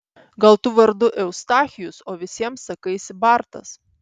gal tu vardu eustachijus o visiems sakaisi bartas